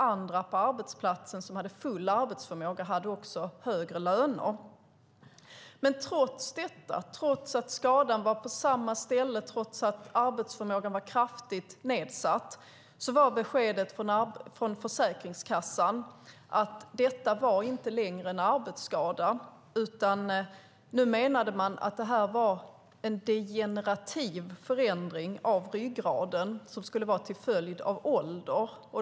Andra på arbetsplatsen, som hade full arbetsförmåga, hade också högre löner. Men trots att skadan var på samma ställe och trots att arbetsförmågan var kraftigt nedsatt var beskedet från Försäkringskassan att detta inte längre var en arbetsskada. Nu menade man att det var en degenerativ förändring av ryggraden till följd av ålder.